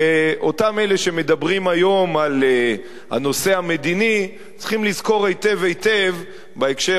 ואותם אלה שמדברים היום על הנושא המדיני צריכים לזכור היטב היטב בהקשר,